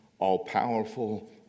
all-powerful